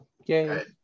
Okay